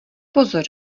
pozor